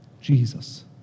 Jesus